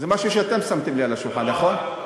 זה משהו שאתם שמתם לי על השולחן, נכון?